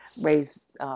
raised